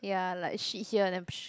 ya like shit here and then psh